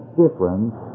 difference